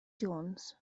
jones